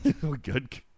good